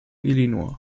illinois